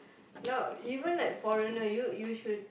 now even like foreigner you you should